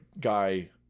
guy